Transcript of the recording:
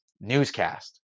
newscast